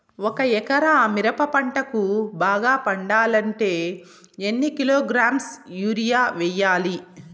ఒక ఎకరా మిరప పంటకు బాగా పండాలంటే ఎన్ని కిలోగ్రామ్స్ యూరియ వెయ్యాలి?